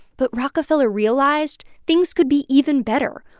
but rockefeller realized things could be even better.